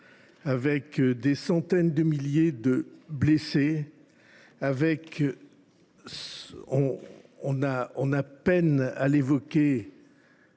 des centaines de milliers de blessés, et – on a peine à l’évoquer